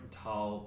tall